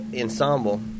Ensemble